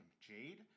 Jade